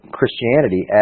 Christianity